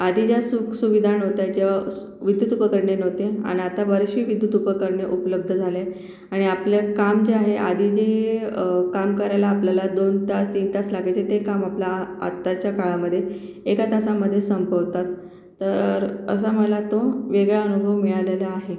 आधी ज्या सुखसुविधा नवत्या जेव्हा सु विद्युत उपकरणे नवते आणि आता बरीचशी विद्युत उपकरणे उपलब्ध झाले आहे आणि आपले काम जे आहे आधी जे काम करायला आपल्याला दोन तास तीन तास लागायचे ते काम आपलं आ आताच्या काळामध्ये एका तासामध्ये संपवतात तर असा मला तो वेगळा अनुभव मिळालेला आहे